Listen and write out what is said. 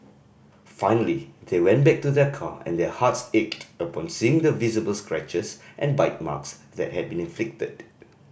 finally they went back to their car and their hearts ached upon seeing the visible scratches and bite marks that had been inflicted